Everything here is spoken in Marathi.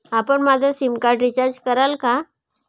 आपण माझं सिमकार्ड रिचार्ज कराल का?